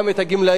גם את הגמלאים,